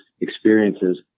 experiences